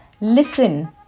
listen